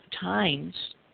times